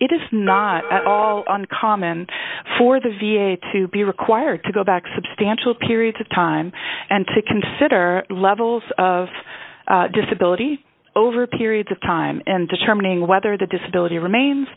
it is not uncommon for the v a to be required to go back substantial periods of time and to consider levels of disability over periods of time and determining whether the disability remains